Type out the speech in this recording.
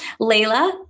Layla